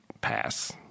pass